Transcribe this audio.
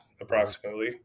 approximately